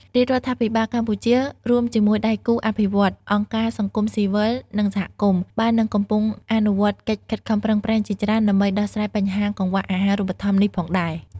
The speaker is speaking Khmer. រាជរដ្ឋាភិបាលកម្ពុជា រួមជាមួយដៃគូអភិវឌ្ឍន៍ អង្គការសង្គមស៊ីវិល និងសហគមន៍ បាននិងកំពុងអនុវត្តកិច្ចខិតខំប្រឹងប្រែងជាច្រើនដើម្បីដោះស្រាយបញ្ហាកង្វះអាហារូបត្ថម្ភនេះផងដែរ។